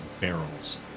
barrels